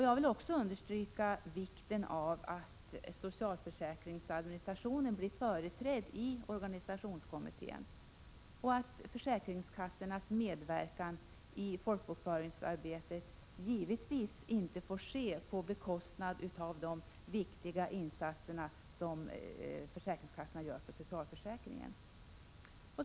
Jag vill vidare understryka vikten av att socialförsäkringsadministrationen blir företrädd i organisationskommittén och att försäkringskassornas medverkan i folkbokföringsarbetet givetvis inte får ske på bekostnad av de viktiga insatser som försäkringskassorna gör för socialförsäkringen.